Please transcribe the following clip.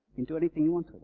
can do anything you want to it.